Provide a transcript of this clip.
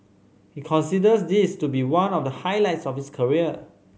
he considers this to be one of the highlights of his career